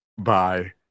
bye